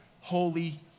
holy